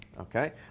okay